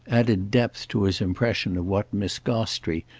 added depth to his impression of what miss gostrey,